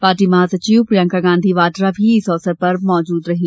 party महासचिव प्रियंका गांधी वाड्रा भी इस अवसर पर मौजूद थी